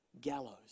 Gallows